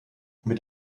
mit